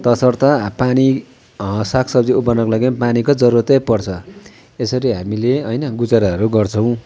तसर्थ पानी सागसब्जी उमार्नको लागि पनि पानीको जरुरतै पर्छ यसरी हामीले होइन गुजाराहरू गर्छौँ